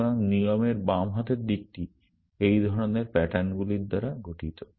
সুতরাং নিয়মের বাম হাতের দিকটি এই ধরনের প্যাটার্ন গুলির দ্বারা গঠিত